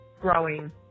growing